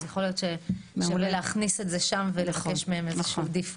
אז יכול להיות ששווה להכניס את זה שם ולבקש מהם איזשהו default.